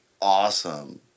awesome